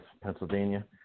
Pennsylvania